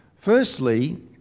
Firstly